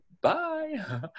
Bye